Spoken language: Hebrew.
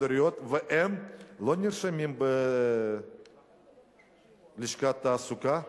והן לא נרשמות בלשכת התעסוקה,